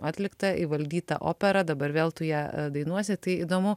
atlikta įvaldyta opera dabar vėl tu ją dainuosi tai įdomu